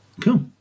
Cool